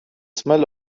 smell